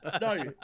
No